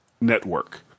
network